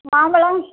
மாம்பழம்